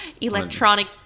electronic